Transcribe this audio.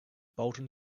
bolton